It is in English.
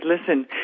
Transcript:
listen